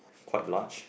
quite large